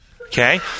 okay